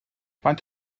faint